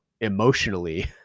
emotionally